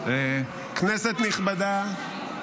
כנסת נכבדה,